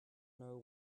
know